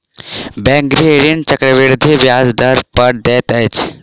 bank गृह ऋण चक्रवृद्धि ब्याज दर पर दैत अछि